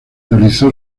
realizó